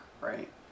right